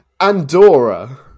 Andorra